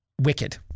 wicked